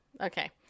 Okay